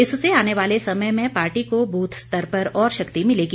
इससे आने वाले समय में पार्टी को बूथ स्तर पर और शक्ति मिलेगी